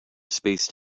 spaced